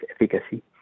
efficacy